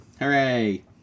Hooray